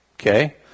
okay